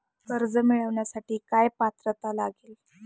कर्ज मिळवण्यासाठी काय पात्रता लागेल?